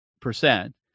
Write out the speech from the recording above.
percent